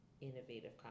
innovative